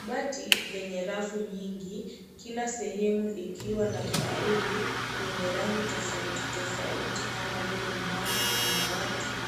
Kabati lenye rafu nyingi, kila sehemu likiwa na faili, yenye rangi tofauti, tofauti kama vile njano, samawati